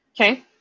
Okay